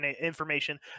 information